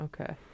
Okay